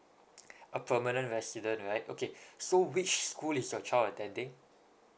a permanent resident right okay so which school is your child attending